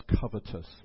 covetous